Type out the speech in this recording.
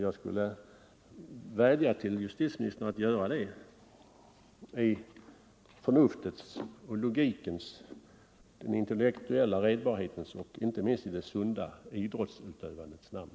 Jag skulle vilja vädja till justitieministern att göra det i förnuftets, logikens, den intellektuella redbarhetens och inte minst det sunda idrottsutövandets namn.